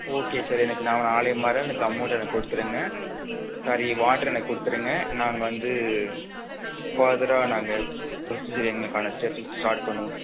okay sir எனக்கு நாளை மறுநாள் எனக்கு அமௌண்ட்டை கொடுத்துருங்க சாரி வாட்டர் எனக்கு கொடுத்துருங்க நாங்கள் வந்து ஃபர்தராக நாங்கள் பிரோசிஜர் எங்களுக்கான ஸ்டெப்ஸ் ஸ்டார்ட் பண்ணுவோம்